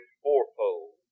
fourfold